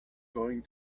going